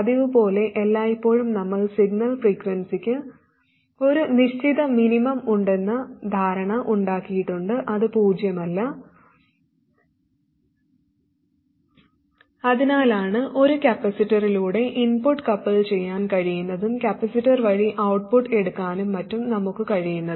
പതിവുപോലെ എല്ലായ്പ്പോഴും നമ്മൾ സിഗ്നൽ ഫ്രീക്വൻസിക്ക് ഒരു നിശ്ചിത മിനിമം ഉണ്ടെന്ന ധാരണ ഉണ്ടാക്കിയിട്ടുണ്ട് അത് പൂജ്യമല്ല അതിനാലാണ് ഒരു കപ്പാസിറ്ററിലൂടെ ഇൻപുട്ട് കപ്പിൾ ചെയ്യാൻ കഴിയുന്നതും കപ്പാസിറ്റർ വഴി ഔട്ട്പുട്ട് എടുക്കാനും മറ്റും നമുക്ക് കഴിയുന്നത്